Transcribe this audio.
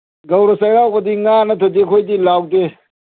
ꯒꯧꯔ ꯆꯩꯔꯥꯎꯕꯗꯤ ꯉꯥ ꯅꯠꯇ꯭ꯔꯗꯤ ꯑꯩꯈꯣꯏꯗꯤ ꯂꯥꯎꯗꯦ